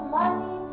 money